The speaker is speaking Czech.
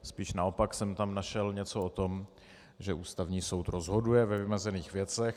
Spíš naopak jsem tam našel něco o tom, že Ústavní soud rozhoduje ve vymezených věcech.